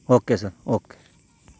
okay sir okay